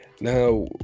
now